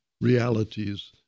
realities